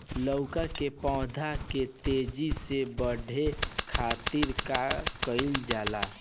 लउका के पौधा के तेजी से बढ़े खातीर का कइल जाला?